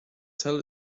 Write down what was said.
tell